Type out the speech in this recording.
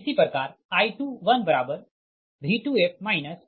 इसी प्रकार I21V2f